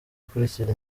akurikira